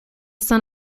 son